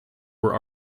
were